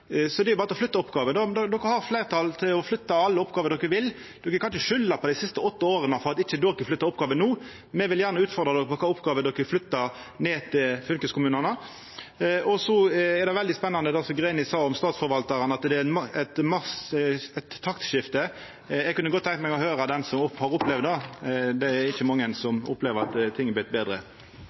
Det er berre å flytta oppgåver. Dei har fleirtalet til å flytta alle oppgåver dei vil, dei kan ikkje skulda på dei siste åtte åra for at dei ikkje flyttar oppgåver no. Me vil gjerne utfordra dei på kva oppgåver dei vil flytta ned til fylkeskommunane. Så er det veldig spennande det representanten Greni sa om statsforvaltarane, at det er eit taktskifte. Eg kunne godt tenkt meg å høyra den som har opplevd det, for det er ikkje mange som opplever at ting har vorte betre.